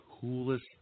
Coolest